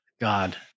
God